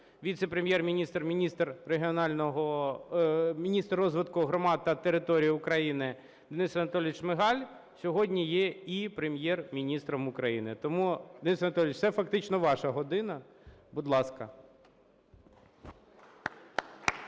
віце-прем'єр-міністр – міністр розвитку громад та територій України Денис Анатолійович Шмигаль сьогодні є і Прем'єр-міністром України. Тому, Денисе Анатолійовичу, це фактично ваша година. Будь ласка. 10:17:25